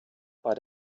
bei